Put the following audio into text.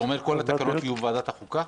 זה אומר שכל התקנות יהיו בוועדת החוקה?